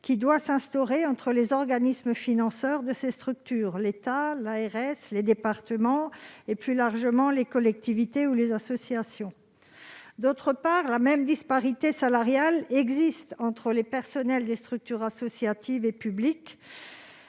dialogue entre les organismes financeurs de ces structures, l'État, les ARS, les départements et, plus largement, les collectivités et les associations ? Par ailleurs, la même disparité salariale existe entre les personnels des structures associatives et publiques.